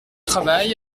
travail